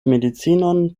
medicinon